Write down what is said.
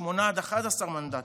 שמונה עד 11 מנדטים,